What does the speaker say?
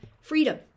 freedom